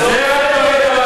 רק דבר אחד,